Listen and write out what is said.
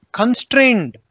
constrained